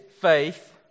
faith